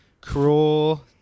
Cruel